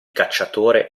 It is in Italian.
cacciatore